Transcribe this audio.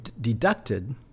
deducted